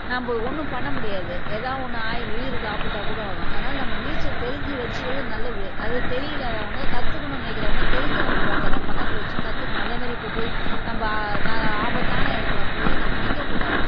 நம்ம ஒன்றும் பண்ண முடியாது எதா ஒன்று ஆயிடும் உயிருக்கு ஆபத்தாகக்கூட ஆகும் அதனால் நம்ம நீச்சல் தெரிஞ்சு வச்சுக்கிறது நல்லது அது தெரியிலாதவங்க கற்றுக்கணுன்னு நினைக்கிறவங்க தெரிஞ்சவங்க ஒருத்தங்க பக்கத்தில் வச்சு கற்றுக்கலாம் அதேமாரி இப்போ போய் நம்ம நான் ஆபத்தான இடத்துல போய் நம்ம நிற்கக்கூடாது